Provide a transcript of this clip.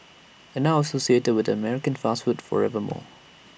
and now associated with an American fast food forever more